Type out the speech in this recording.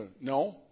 No